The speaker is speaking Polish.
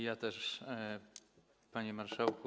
Ja też, panie marszałku.